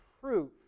proof